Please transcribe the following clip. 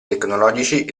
tecnologici